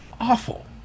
awful